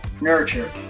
nurture